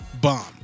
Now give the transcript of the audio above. bomb